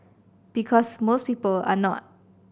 because most people are not